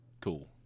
Cool